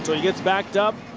he gets backed up.